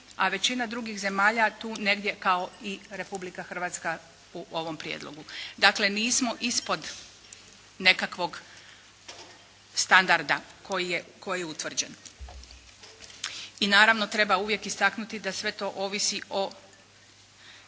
a većina drugih zemalja tu negdje kao i Republika Hrvatska u ovom prijedlogu. Dakle, nismo ispod nekakvog standarda koji je utvrđen. I naravno, treba uvijek istaknuti da sve to ovisi o